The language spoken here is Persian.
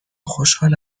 خوشحال